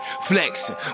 flexing